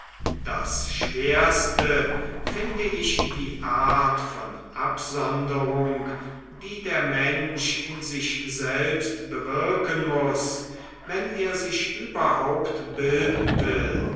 das schwerste finde ich die art von absonderung die der mensch in sich selbst bewirken muß wenn er sich überhaupt bilden will